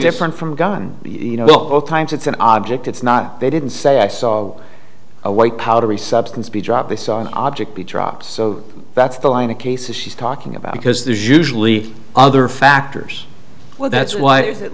different from a gun you know both times it's an object it's not they didn't say i saw a white powdery substance be dropped they saw an object be dropped so that's the line of cases she's talking about because there's usually other factors well that's what is